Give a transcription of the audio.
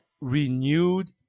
renewed